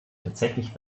tatsächlich